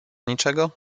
niczego